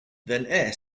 then